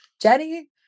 Jenny